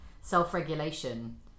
self-regulation